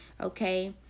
okay